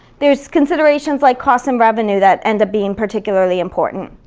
there's considerations like cost and revenue that end up being particularly important.